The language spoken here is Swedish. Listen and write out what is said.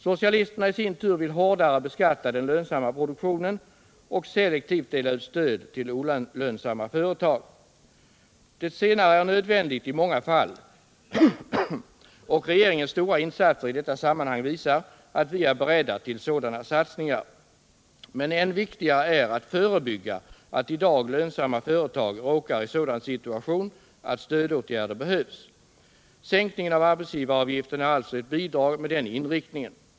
Socialisterna i sin tur vill hårdare beskatta den lönsamma produktionen och selektivt dela ut stöd till olönsamma företag. Det senare är nödvändigt i många fall, och regeringens stora insatser i detta sammanhang visar att vi är beredda till sådana satsningar. Men än viktigare är att förebygga att i dag lönsamma företag råkar i en sådan situation att stödåtgärder behövs. Sänkningen av arbetsgivaravgiften är alltså ett bidrag med denna inriktning.